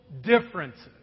differences